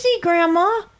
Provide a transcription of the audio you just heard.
Grandma